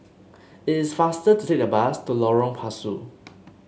it is faster to take the bus to Lorong Pasu